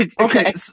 Okay